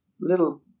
Little